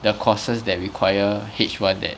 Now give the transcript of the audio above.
the courses that require H one that